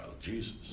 Jesus